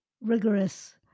rigorous